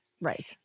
Right